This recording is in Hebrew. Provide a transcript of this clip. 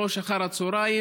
15:00 אחר הצוהריים,